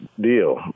deal